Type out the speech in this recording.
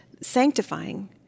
sanctifying